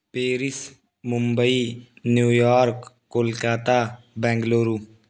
Paris Mumbai New York Kolkata Bangalore